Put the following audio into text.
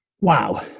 Wow